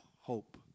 hope